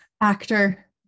actor